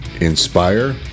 inspire